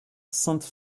sainte